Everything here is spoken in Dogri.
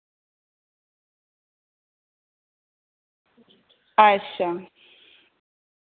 अच्छा